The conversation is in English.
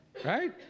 Right